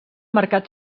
mercat